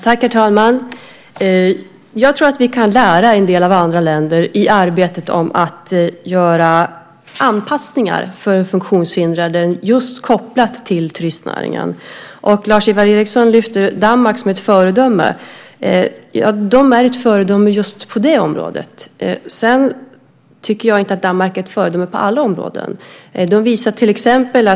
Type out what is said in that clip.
Herr talman! Jag tror att vi kan lära oss en del av andra länder när det gäller anpassningar för funktionshindrade kopplat till turistnäringen. Lars-Ivar Ericson lyfter fram Danmark som ett föredöme. Danskarna är ett föredöme just på det området, även om de inte är det på alla områden.